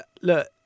look